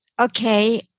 okay